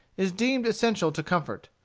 is deemed essential to comfort.